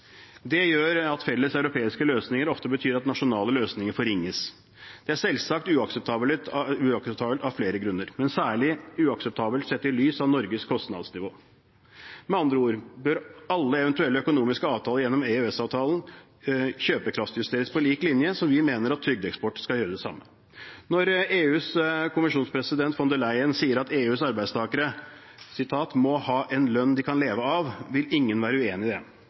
Det gjør at felles europeiske løsninger ofte betyr at nasjonale løsninger forringes. Det er selvsagt uakseptabelt av flere grunner, men særlig uakseptabelt sett i lys av Norges kostnadsnivå. Med andre ord bør alle eventuelle økonomiske avtaler gjennom EØS-avtalen kjøpekraftjusteres – og vi mener at det samme skal gjøres med trygdeeksport. Når EUs kommisjonspresident von der Leyen sier at EUs arbeidstakere må ha en lønn de kan leve av, vil ingen være uenig i det.